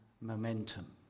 momentum